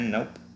Nope